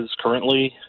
currently